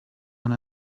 one